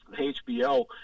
HBO